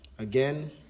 Again